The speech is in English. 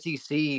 SEC